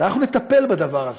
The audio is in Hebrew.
ואנחנו נטפל בדבר הזה,